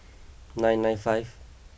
nine nine five